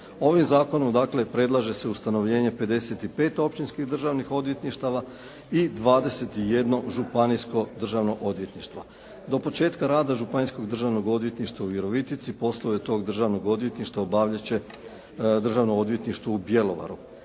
Ovim zakonom dakle predlaže se ustanovljenje 55 općinskih državnih odvjetništava i 21 županijsko državno odvjetništvo. Do početka rada županijskog državnog odvjetništva u Virovitici poslove tog državnog odvjetništva obavljat će državno odvjetništvo u Bjelovaru.